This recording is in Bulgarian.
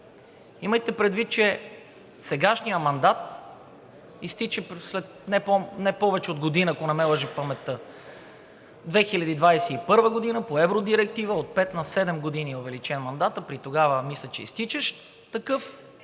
Имайте предвид, че сегашният мандат изтича след не повече от година, ако не ме лъже паметта 2021 г. по евродиректива от пет на седем години е увеличен мандатът при тогава, мисля, че изтичащ такъв.